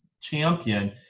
champion